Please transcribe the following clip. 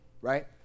Right